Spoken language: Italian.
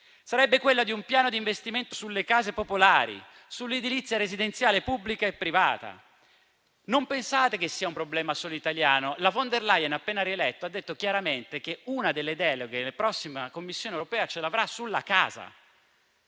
Sarebbe quella di un piano di investimento sulle case popolari, sull'edilizia residenziale, pubblica e privata. Non pensate che sia un problema solo italiano. La presidente von der Leyen, appena rieletta, ha detto chiaramente che una delle deleghe la prossima Commissione europea l'avrà sulla casa.